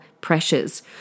pressures